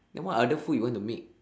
then what other food you want to make